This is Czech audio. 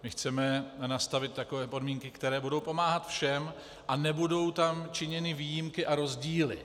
My chceme nastavit takové podmínky, které budou pomáhat všem a nebudou tam činěny výjimky a rozdíly.